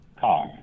car